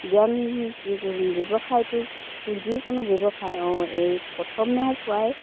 জ্ঞান কি ব্যৱসায়টো যিকোনো ব্যৱসায় অঁ এই প্ৰথমেও প্ৰায়